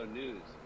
news